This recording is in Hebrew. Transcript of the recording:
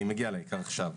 אני מגיע לעיקר עכשיו.